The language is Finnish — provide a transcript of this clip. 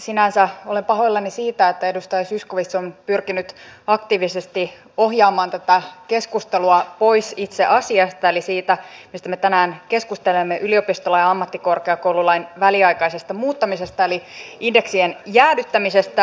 sinänsä olen pahoillani siitä että edustaja zyskowicz on pyrkinyt aktiivisesti ohjaamaan tätä keskustelua pois itse asiasta eli siitä mistä me tänään keskustelemme yliopistolain ja ammattikorkeakoululain väliaikaisesta muuttamisesta eli indeksien jäädyttämisestä